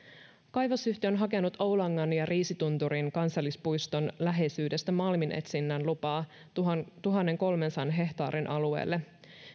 kaivosyhtiö on hakenut oulangan ja riisitunturin kansallispuiston läheisyydestä malminetsinnän lupaa tuhannenkolmensadan hehtaarin alueelle